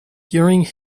during